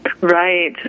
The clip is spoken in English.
Right